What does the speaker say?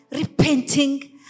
repenting